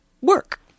work